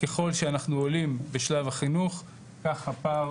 ככל שאנחנו עולים בשלב החינוך כך הפער